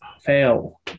Fail